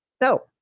No